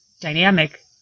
dynamic